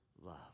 love